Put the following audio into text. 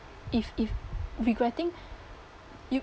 if if regretting you